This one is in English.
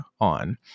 on